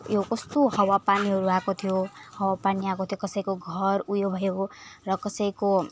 यो कस्तो हावा पानीहरू आएको थियो हावा पानी आएको थियो कसैको घर उयो भयो र कसैको